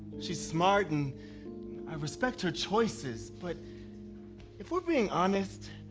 she's smart and i respect her choices, but if we're being honest,